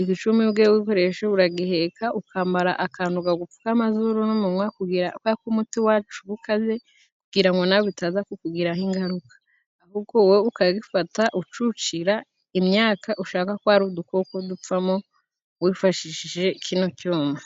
ici cuma iyo ugiye kugikoresha uragiheka ukamara akantu gagupfuka amazuru n'umunwa kugira kubera umuti wacu uba ukaze kugira nawe utaza kukugiraho ingaruka ahubwo wowe ukafata ucucira imyaka ushaka ko ari udukoko dupfamo wifashishije kino cyuma.